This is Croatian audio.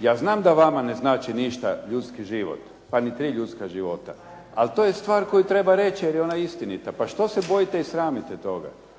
Ja znam da vama ne znači ništa ljudski život, pa niti tri ljudska života, ali to je stvar koju treba reći jer je ona istinita. Pa što se bojite i sramite toga.